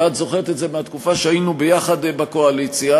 ואת זוכרת את זה מהתקופה שהיינו ביחד בקואליציה,